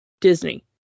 Disney